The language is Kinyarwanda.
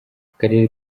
akarere